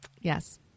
Yes